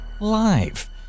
live